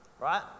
right